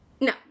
No